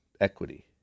equity